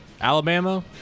Alabama